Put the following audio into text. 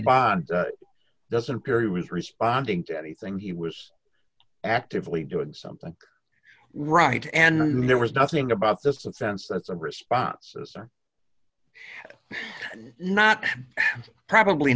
by doesn't carry was responding to anything he was actively doing something right and there was nothing about this and sense that's a response as or not probably